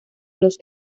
los